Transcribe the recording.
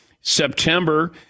September